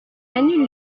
annule